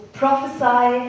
prophesy